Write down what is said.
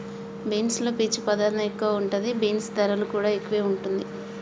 beans లో పీచు పదార్ధం ఎక్కువ ఉంటది, బీన్స్ ధరలు కూడా ఎక్కువే వుంటుంది